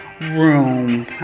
room